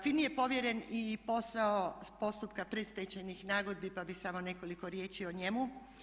FINA-i je povjeren i posao postupka predstečajnih nagodbi pa bi samo nekoliko riječi o njemu.